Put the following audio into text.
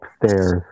upstairs